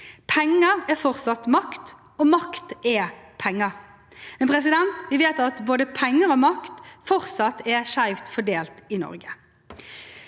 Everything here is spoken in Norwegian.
Penger er fortsatt makt, og makt er penger. Men vi vet at både penger og makt fortsatt er skjevt fordelt i Norge.